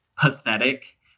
pathetic